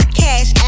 cash